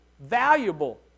valuable